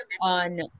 on